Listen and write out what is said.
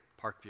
Parkview